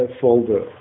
folder